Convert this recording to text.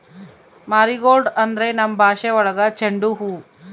marigold ಅಂದ್ರೆ ನಮ್ ಭಾಷೆ ಒಳಗ ಚೆಂಡು ಹೂವು